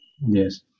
Yes